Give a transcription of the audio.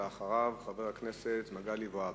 ואחריו, חבר הכנסת מגלי והבה.